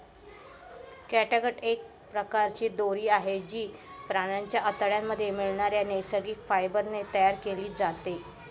catgut एक प्रकारची दोरी आहे, जी प्राण्यांच्या आतड्यांमध्ये मिळणाऱ्या नैसर्गिक फायबर ने तयार केली जाते